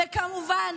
וכמובן,